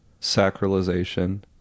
sacralization